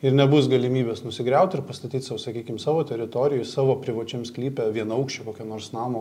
ir nebus galimybės nusigriaut ir pastatyt sau sakykim savo teritorijoj savo privačiam sklype vienaukščio kokio nors namo